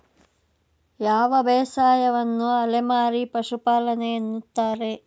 ಯಾವ ಬೇಸಾಯವನ್ನು ಅಲೆಮಾರಿ ಪಶುಪಾಲನೆ ಎನ್ನುತ್ತಾರೆ?